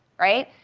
right?